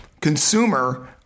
consumer